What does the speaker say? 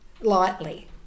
lightly